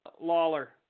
Lawler